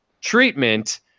treatment